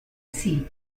así